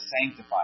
sanctified